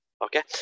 okay